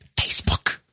Facebook